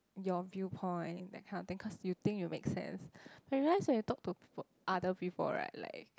your viewpoint that kind of thing cause you think you make sense but you realise when you talk to people other people right like